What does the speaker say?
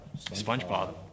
spongebob